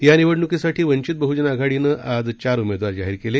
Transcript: या निवडणूकीसाठी वंचित बहूजन आघाडीनं आज चार उमेदवार जाहीर केले